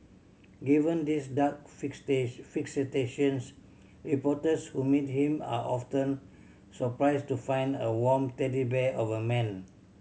given these dark fixations reporters who meet him are often surprised to find a warm teddy bear of a man